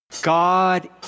God